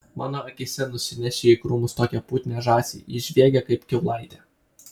mano akyse nusinešė į krūmus tokią putnią žąsį ji žviegė kaip kiaulaitė